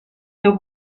seu